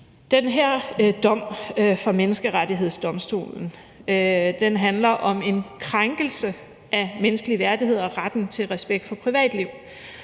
Den her dom fra Menneskerettighedsdomstolen handler om en krænkelse af menneskelig værdighed og retten til respekt for privatliv.